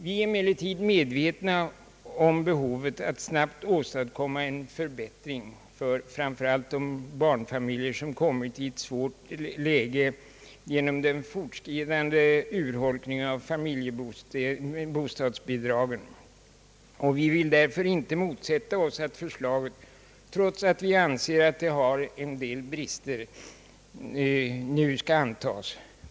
Vi är emellertid medvetna om behovet att snabbt åstadkomma en förbättring för framför allt de barnfamiljer som kommit i ett svårt läge genom den fortskridande urhölkningen av familjebostadsbidragen, och vi vill därför inte motsätta oss att förslaget, trots att vi anser att det har en del brister, nu skall antas.